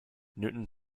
newton